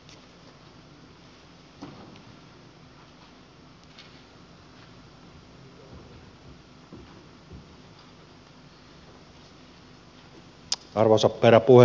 arvoisa herra puhemies